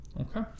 Okay